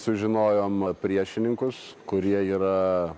sužinojom priešininkus kurie yra